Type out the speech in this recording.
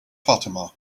fatima